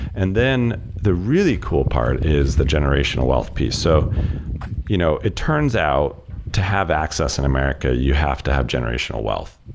and then the really cool part is the generational wealth piece. so you know it turns out to have access in america, you have to have generational wealth.